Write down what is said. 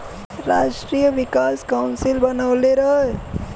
राष्ट्रीय विकास काउंसिल बनवले रहे